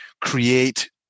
create